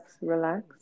relax